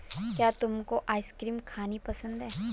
क्या तुमको आइसक्रीम खानी पसंद है?